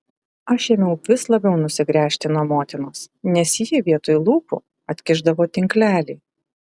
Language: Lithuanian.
aš ėmiau vis labiau nusigręžti nuo motinos nes ji vietoj lūpų atkišdavo tinklelį